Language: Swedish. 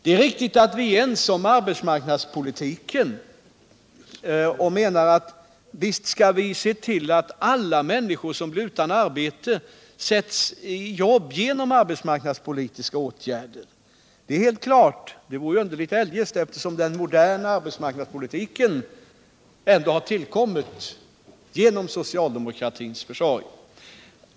Det är riktigt att vi är ense om arbetsmarknadspolitiken och menar att vi skall se till att alla människor som är utan sysselsättning skall sättas i arbete genom arbetsmarknadspolitiska åtgärder. Detta är alldeles klart — och det vore ju underligt eljest, eftersom den moderna arbetsmarknadspolitiken ändå har tillkommit genom socialdemokratins försorg.